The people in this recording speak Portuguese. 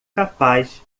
capaz